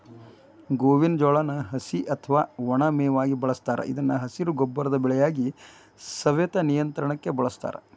ಗೋವಿನ ಜೋಳಾನ ಹಸಿ ಅತ್ವಾ ಒಣ ಮೇವಾಗಿ ಬಳಸ್ತಾರ ಇದನ್ನು ಹಸಿರು ಗೊಬ್ಬರದ ಬೆಳೆಯಾಗಿ, ಸವೆತ ನಿಯಂತ್ರಣಕ್ಕ ಬಳಸ್ತಾರ